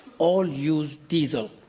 all use diesel.